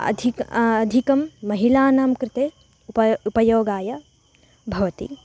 अधिकम् अधिकं महिलानां कृते उप उपयोगाय भवति